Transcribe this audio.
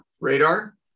radar